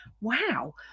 wow